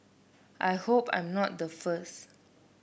I hope I'm not the first